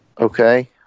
okay